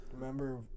Remember